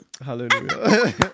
Hallelujah